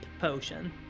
potion